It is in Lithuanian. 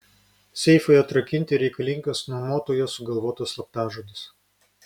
seifui atrakinti reikalingas nuomotojo sugalvotas slaptažodis